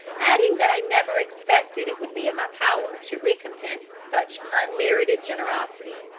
adding that i never expected it would be in my power to recompense such unmerited generosity.